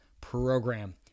program